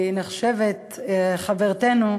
שנחשבת חברתנו,